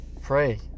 Pray